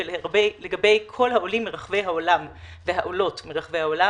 ולגבי כל העולים והעולות מרחבי העולם,